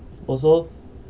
also